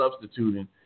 substituting